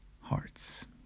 hearts